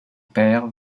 père